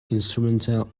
instrumental